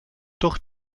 durch